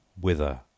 whither